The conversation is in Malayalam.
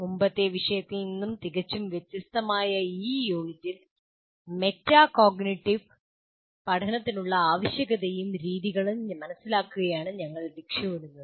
മുമ്പത്തെ വിഷയത്തിൽ നിന്ന് തികച്ചും വ്യത്യസ്തമായ ഈ യൂണിറ്റിൽ മെറ്റാകോഗ്നിറ്റീവ് പഠനത്തിനുള്ള ആവശ്യകതയും രീതികളും മനസിലാക്കുകയാണ് ഞങ്ങൾ ലക്ഷ്യമിടുന്നത്